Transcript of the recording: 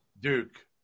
Duke